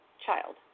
child